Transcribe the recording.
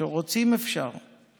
כשרוצים, אפשר.